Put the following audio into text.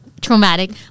traumatic